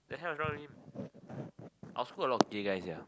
the hell is wrong with him our school a lot of gay guy sia